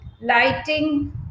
lighting